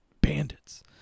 bandits